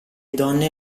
donne